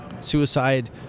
suicide